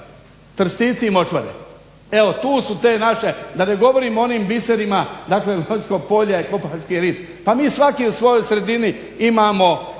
trstici i močvare. Evo tu su te naše, da ne govorim o onim biserima, dakle Lonjsko polje, Kopački rit. Pa mi svaki u svojoj sredini imamo